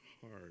hard